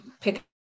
pick